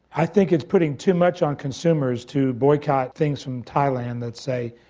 i think it's putting too much on consumers to boycott things from thailand, let's say,